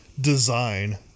design